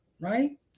right